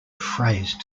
phrase